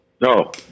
No